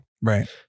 Right